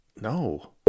No